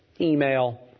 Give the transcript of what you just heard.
email